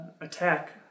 attack